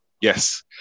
Yes